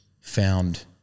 found